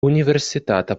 universitata